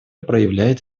проявляет